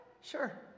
sure